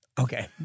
Okay